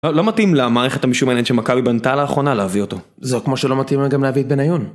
לא מתאים למערכת המשומנת שמכבי בנתה לאחרונה להביא אותו. זה כמו שלא מתאים לה גם להביא את בניון.